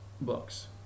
books